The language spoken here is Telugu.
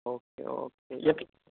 okay okay ఎట్ల్